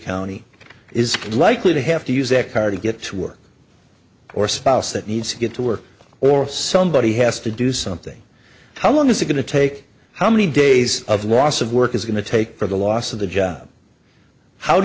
county is likely to have to use a car to get to work or a spouse that needs to get to work or if somebody has to do something how long is it going to take how many days of loss of work is going to take for the loss of the job how do